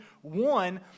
one